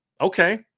okay